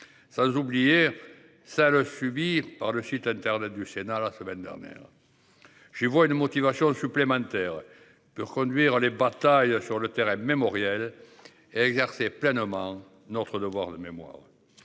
Sans oublier. Ça le subir par le site internet du Sénat la semaine dernière. Je vois une motivation supplémentaire pour conduire les batailles sur le terrain mémorielle et exercer pleinement notre devoir de mémoire.